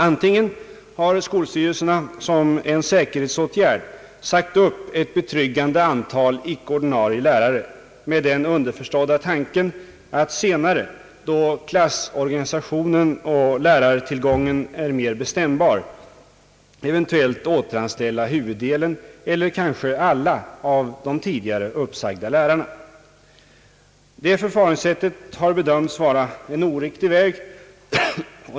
Den första innebär att de som en säkerhetsåtgärd sagt upp ett betryggande antal icke-ordinarie lärare med den underförstådda tanken att senare, då klassorganisationen och lärartillgången är mer bestämbar, eventuellt återanställa huvuddelen av eller kanske alla de tidigare uppsagda lärarna. Detta har bedömts vara en oriktig väg.